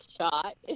shot